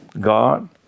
God